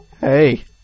Hey